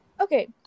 Okay